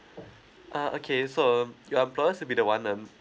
uh okay so um your employer to be the one um